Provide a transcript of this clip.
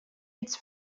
its